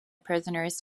prisoners